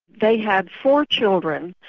they had four children.